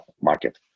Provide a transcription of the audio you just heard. market